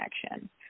connection